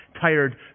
tired